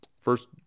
First